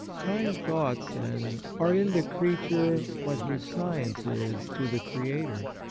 kind thoughts, then, are in the creature what his science is to the creator.